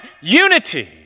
unity